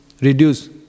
reduce